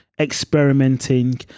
experimenting